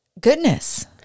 Goodness